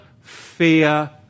fear